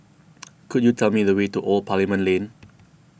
could you tell me the way to Old Parliament Lane